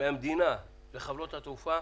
מהמדינה לחברות התעופה